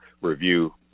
review